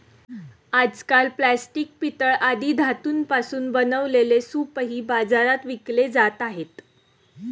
आजकाल प्लास्टिक, पितळ आदी धातूंपासून बनवलेले सूपही बाजारात विकले जात आहेत